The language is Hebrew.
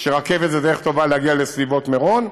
שרכבת היא דרך טובה להגיע לסביבות מירון,